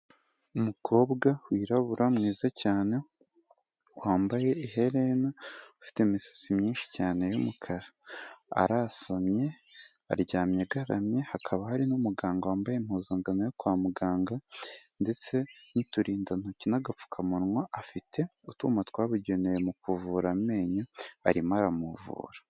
Umukobwa wirabura mwiza cyane, wambaye iherena ufite imisatsi myinshi cyane y'umukara, arasamye aryamye agaramye hakaba hari n'umuganga wambaye impuzangano yo kwa muganga, ndetse n'uturindantoki n'agapfukamunwa afite utwuma twabugenewe mu kuvura amenyo arimo aramuvura.